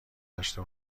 داشته